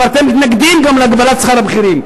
אבל אתם מתנגדים גם להגבלת שכר הבכירים.